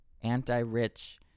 anti-rich